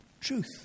truth